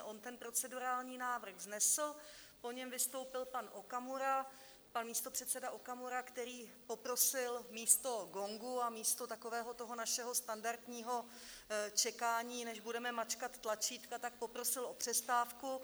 On ten procedurální návrh vznesl, po něm vystoupil pan Okamura, pan místopředseda Okamura, který poprosil místo gongu a místo takového toho našeho standardního čekání, než budeme mačkat tlačítka, poprosil o přestávku.